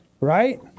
right